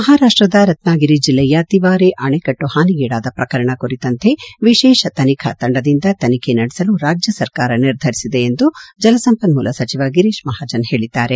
ಮಹಾರಾಷ್ಟ್ದ ರತ್ನಗಿರಿ ಜಿಲ್ಲೆಯ ತಿವಾರೆ ಅಣೆಕಟ್ಟು ಹಾನಿಗೀಡಾದ ಪ್ರಕರಣ ಕುರಿತಂತೆ ವಿಶೇಷ ತನಿಖಾ ತಂಡದಿಂದ ತನಿಖೆ ನಡೆಸಲು ರಾಜ್ಯ ಸರ್ಕಾರ ನಿರ್ಧರಿಸಿದೆ ಎಂದು ಜಲಸಂಪನ್ಮೂಲ ಸಚಿವ ಗಿರೀಶ್ ಮಹಾಜನ್ ಹೇಳಿದ್ದಾರೆ